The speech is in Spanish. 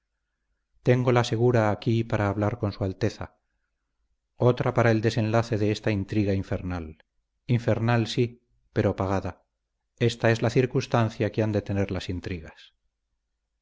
dormida téngola segura aquí para hablar con su alteza otra para el desenlace de esta intriga infernal infernal sí pero pagada ésta es la circunstancia que han de tener las intrigas